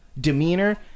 demeanor